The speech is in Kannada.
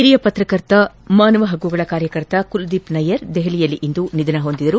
ಹಿರಿಯ ಪತ್ರಕರ್ತ ಮಾನವ ಹಕ್ಕುಗಳ ಕಾರ್ಯಕರ್ತ ಕುಲದೀಪ್ ನಯ್ಯರ್ ದೆಹಲಿಯಲ್ಲಿಂದು ನಿಧನ ಹೊಂದಿದರು